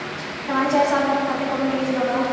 छमाही चाहे साल भर खातिर कौनों निवेश बा का?